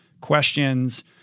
questions